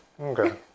okay